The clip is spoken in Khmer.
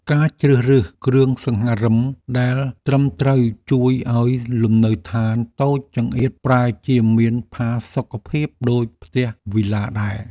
ការជ្រើសរើសគ្រឿងសង្ហារិមដែលត្រឹមត្រូវជួយឱ្យលំនៅឋានតូចចង្អៀតប្រែជាមានផាសុកភាពដូចផ្ទះវីឡាដែរ។